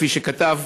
כפי שכתב,